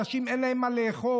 אנשים, אין להם מה לאכול.